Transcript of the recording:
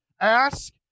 Ask